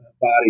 body